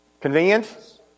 Convenience